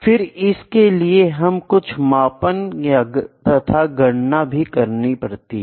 फिर इसके लिए हमें कुछ मापन तथा गणना भी करनी पड़ती है